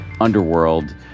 underworld